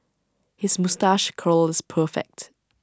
his moustache curl is perfect